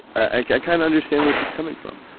i kind of understand where she's coming from.